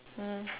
mm